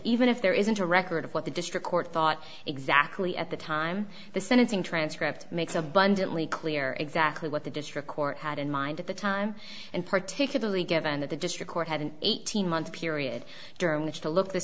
even if there isn't a record of what the district court thought exactly at the time the sentencing transcript makes abundantly clear exactly what the district court had in mind at the time and particularly given that the district court had an eighteen month period during which to look this